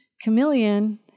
Chameleon